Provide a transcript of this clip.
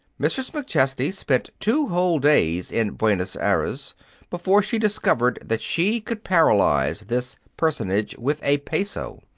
mrs. mcchesney spent two whole days in buenos aires before she discovered that she could paralyze this personage with a peso.